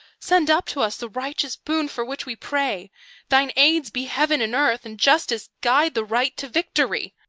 send up to us the righteous boon for which we pray thine aids be heaven and earth, and justice guide the right to victory,